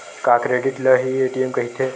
का क्रेडिट ल हि ए.टी.एम कहिथे?